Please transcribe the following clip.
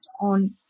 on